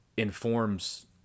informs